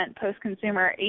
post-consumer